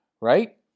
right